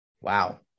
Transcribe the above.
Wow